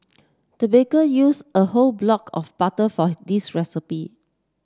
the baker used a whole block of butter for this recipe